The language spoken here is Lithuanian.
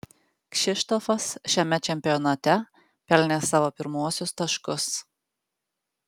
kšištofas šiame čempionate pelnė savo pirmuosius taškus